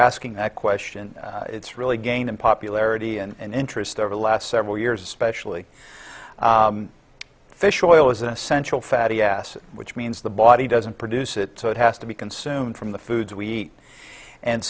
asking that question it's really gaining popularity and interest over the last several years especially fish oil is an essential fatty acids which means the body doesn't produce it so it has to be consumed from the foods we eat and